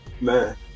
Man